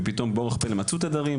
ופתאום באורך פלא מצאו תדרים,